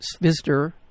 visitor